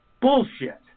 Bullshit